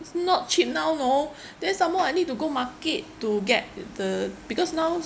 it's not cheap now you know then some more I need to go market to get the because now